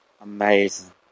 amazing